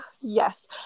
Yes